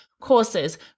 Courses